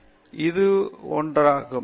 பேராசிரியர் ராஜேஷ் குமார் இது ஒன்றாகும்